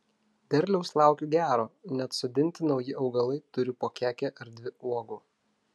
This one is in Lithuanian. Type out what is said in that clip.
derliaus laukiu gero net sodinti nauji augalai turi po kekę ar dvi uogų